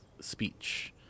speech